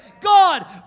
God